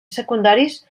secundaris